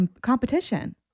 competition